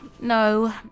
No